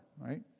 right